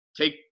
Take